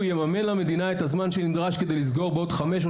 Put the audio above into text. יממן למדינה את הזמן שנדרש כדי לסגור בעוד חמש,